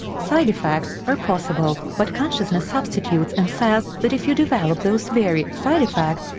side effects are possible, but consciousness substitutes and says that if you develop those very side effects,